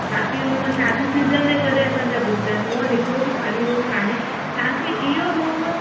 बाक़ी रूम शादी सीज़न जे करे असांजा बुक्ड आहिनि मूं वटि हिकिड़ो बि ख़ाली रूम कोन्हे तव्हांखे इहो रूम